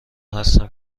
هستم